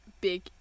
big